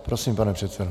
Prosím, pane předsedo.